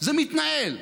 זה מתנהל?